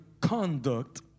conduct